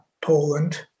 Poland